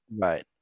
right